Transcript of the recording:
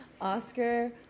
Oscar